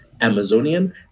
Amazonian